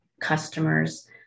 customers